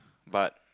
but